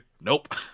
Nope